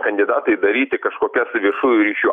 kandidatai daryti kažkokias viešųjų ryšių